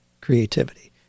creativity